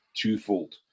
twofold